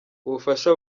ubufasha